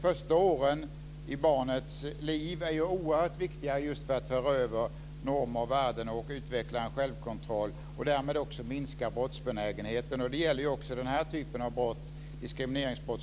första åren i barnets liv är oerhört viktiga för att föra över normer och värden och att utveckla en självkontroll och därmed också minska brottsbenägenheten. Det gäller också den här typen av brott, diskrimineringsbrott.